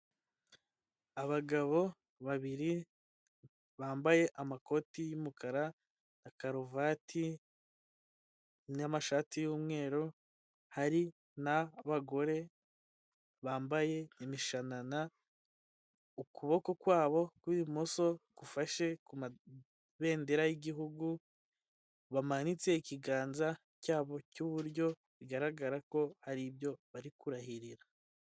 Abagabo babiri bambaye amakoti y'umukara na karuvati n'amashati y'umweru hari n'abagore bambaye imishanana ukuboko kwabo kw'ubumoso gufashe ku mabendera yi'gihugu bamanitse ikiganza cyabo cy'uburyo bigaragara ko hari ibyo bari kurahirira.